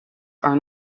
are